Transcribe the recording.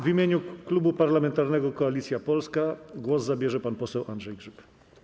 W imieniu Klubu Parlamentarnego Koalicja Polska głos zabierze pan poseł Andrzej Grzyb.